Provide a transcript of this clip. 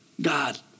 God